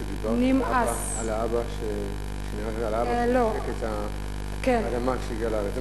שדיברת על האבא שנישק את האדמה כשהגיע לארץ.